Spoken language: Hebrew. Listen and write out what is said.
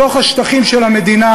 בתוך השטחים של המדינה,